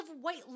white